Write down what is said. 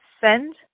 send